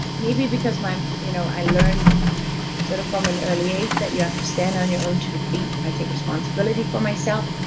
maybe because you know i learned sort of from an early age that you have to stand on your own two feet. i take responsibility for myself.